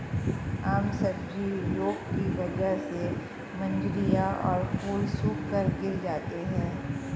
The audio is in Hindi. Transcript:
आम सब्जी रोग की वजह से मंजरियां और फूल सूखकर गिर जाते हैं